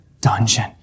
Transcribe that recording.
dungeon